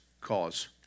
cause